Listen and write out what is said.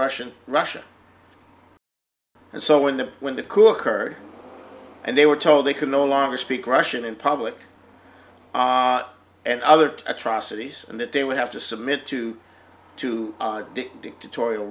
russian russia and so when the when the coup occurred and they were told they could no longer speak russian in public and other atrocities and that they would have to submit to to dictatorial